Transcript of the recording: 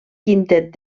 quintet